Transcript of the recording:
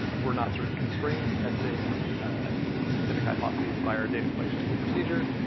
we're not sort of constrained to testing specific hypotheses by our data collection procedure.